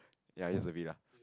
ya used to be lah